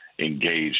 engaged